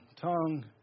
tongue